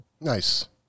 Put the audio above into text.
Nice